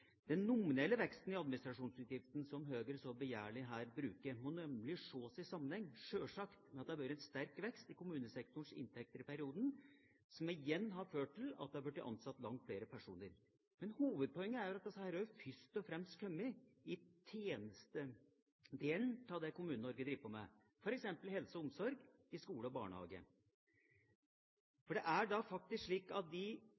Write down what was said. Den nominelle veksten i administrasjonsutgiftene, som Høyre så begjærlig bruker, må nemlig – selvsagt – ses i sammenheng med at det har vært en sterk vekst i kommunesktorens inntekter i perioden, som igjen har ført til at det har blitt ansatt langt flere personer. Men hovedpoenget er at veksten først og fremst har kommet i tjenestedelen i det Kommune-Norge driver på med, f.eks. innen helse og omsorg og i skole og barnehage. For det er faktisk slik at av de